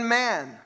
man